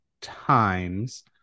times